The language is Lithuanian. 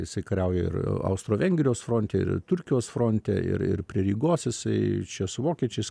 jisai kariauja ir austro vengrijos fronte ir turkijos fronte ir ir prie rygos jisai čia su vokiečiais